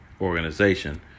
organization